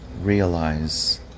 realize